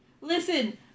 Listen